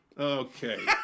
Okay